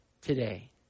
today